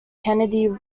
kennedy